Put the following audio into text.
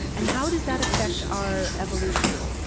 and how does that affect our evolution?